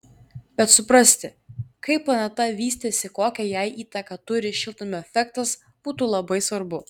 bet suprasti kaip planeta vystėsi kokią jai įtaką turi šiltnamio efektas būtų labai svarbu